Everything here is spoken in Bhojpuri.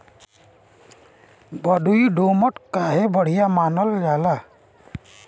बलुई दोमट काहे बढ़िया मानल जाला?